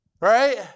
Right